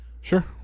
Sure